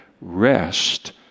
rest